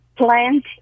plant